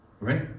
Right